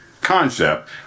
concept